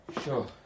Sure